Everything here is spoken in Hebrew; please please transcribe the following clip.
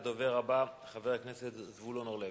הדובר הבא, חבר הכנסת זבולון אורלב.